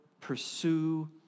pursue